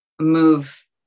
move